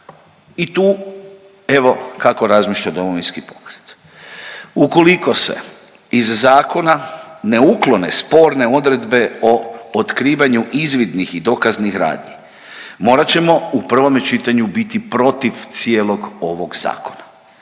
I tu evo kako razmišlja Domovinski pokret. Ukoliko se iz zakona ne uklone sporne odredbe o otkrivanju izvidnih i dokaznih radnji morat ćemo u prvome čitanju biti protiv cijelog ovog zakona.